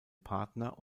partner